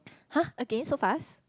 !huh! again so fast